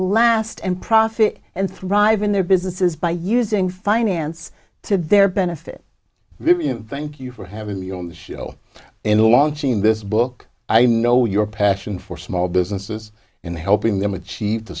last and profit and thrive in their businesses by using finance to their benefit thank you for having me on the show in launching this book i know your passion for small businesses and helping them achieve to